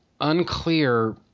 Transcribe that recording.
unclear